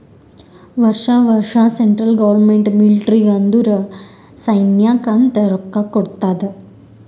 ವರ್ಷಾ ವರ್ಷಾ central government ಮಿಲ್ಟ್ರಿಗ್ ಅಂದುರ್ ಸೈನ್ಯಾಕ್ ಅಂತ್ ರೊಕ್ಕಾ ಕೊಡ್ತಾದ್